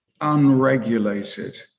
unregulated